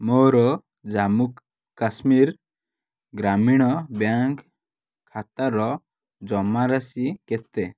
ମୋର ଜାମ୍ମୁ କାଶ୍ମୀର ଗ୍ରାମୀଣ ବ୍ୟାଙ୍କ୍ ଖାତାର ଜମାରାଶି କେତେ